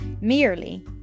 merely